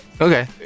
Okay